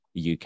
UK